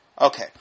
Okay